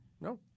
No